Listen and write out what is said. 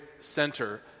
center